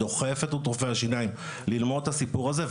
דוחפת את רופאי השיניים ללמוד את הסיפור הזה.